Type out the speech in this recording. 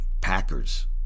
Packers